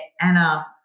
Anna